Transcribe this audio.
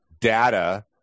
data